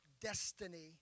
destiny